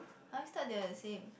I always thought they're the same